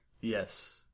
Yes